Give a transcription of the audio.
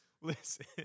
Listen